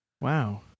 Wow